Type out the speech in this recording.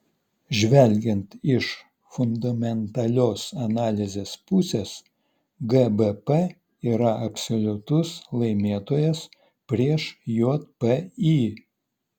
žvelgiant iš fundamentalios analizės pusės gbp yra absoliutus laimėtojas prieš jpy